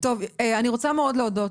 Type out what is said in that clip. אני רוצה מאוד להודות,